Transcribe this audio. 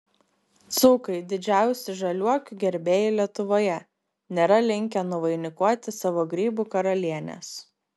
dzūkai didžiausi žaliuokių gerbėjai lietuvoje nėra linkę nuvainikuoti savo grybų karalienės